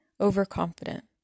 overconfident